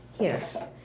Yes